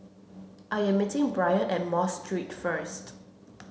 I am meeting Brien at Mosque Street first